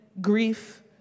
grief